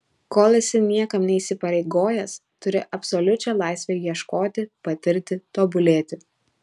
kol esi niekam neįsipareigojęs turi absoliučią laisvę ieškoti patirti tobulėti